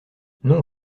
non